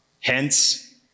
Hence